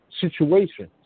situation